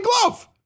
glove